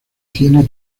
tiene